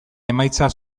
emaitza